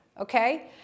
okay